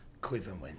Cleveland